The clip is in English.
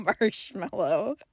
marshmallow